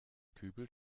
kübelt